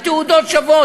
התעודות שוות,